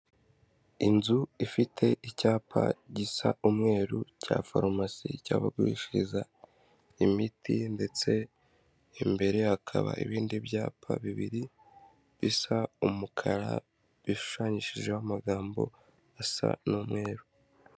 Inzu ifite icyapa gisa umweru cya farumasi cyaho bagurishiriza imiti; ndetse imbere hakaba ibindi byapa bibiri bisa umukara; bishushanyishijeho amagambo asa n'umweru.